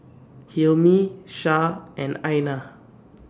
Hilmi Shah and Aina